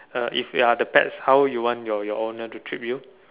uh if you're the pets how you want your your owner to treat you